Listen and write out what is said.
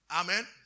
Amen